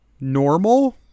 normal